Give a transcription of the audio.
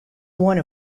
one